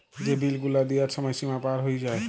যে বিল গুলা দিয়ার ছময় সীমা পার হঁয়ে যায়